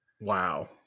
Wow